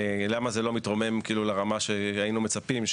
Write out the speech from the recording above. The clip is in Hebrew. למה זה לא מתרומם לרמה שהיינו מצפים?